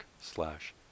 slash